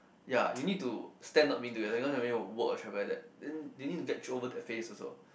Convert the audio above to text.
ya you need to stand not being together because of work or travel like that you need to get over that phase